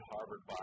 Harvard